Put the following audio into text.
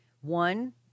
one